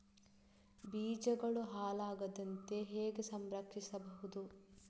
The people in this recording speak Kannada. ಬೀಜಗಳು ಹಾಳಾಗದಂತೆ ಹೇಗೆ ಸಂರಕ್ಷಿಸಬಹುದು?